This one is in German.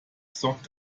sorgte